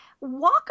walk